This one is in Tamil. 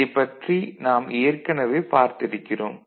இதைப் பற்றி நாம் ஏற்கனவே பார்த்திருக்கிறோம்